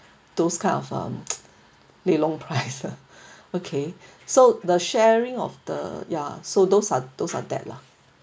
those kind of um lelong price lah okay so the sharing of the ya so those are those are that lah